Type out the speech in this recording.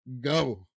Go